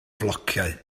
flociau